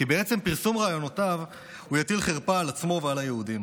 כי בעצם פרסום רעיונותיו הוא יטיל חרפה על עצמו ועל היהודים.